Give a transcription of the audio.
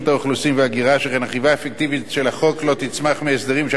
שכן אכיפה אפקטיבית של החוק לא תצמח מההסדרים שאנו קובעים היום בחוק,